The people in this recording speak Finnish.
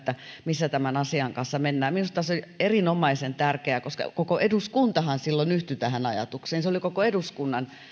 missä tämän asian kanssa mennään minusta se on erinomaisen tärkeää koska koko eduskuntahan silloin yhtyi tähän ajatukseen se oli koko eduskunnan